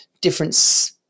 different